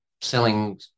selling